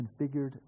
configured